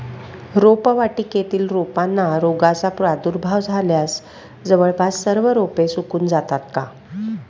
रोपवाटिकेतील रोपांना रोगाचा प्रादुर्भाव झाल्यास जवळपास सर्व रोपे सुकून जातात का?